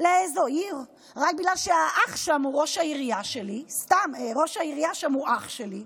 לאיזו עיר רק בגלל שראש העירייה שם הוא אח שלי,